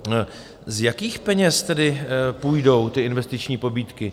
Z jakých peněz tedy půjdou ty investiční pobídky?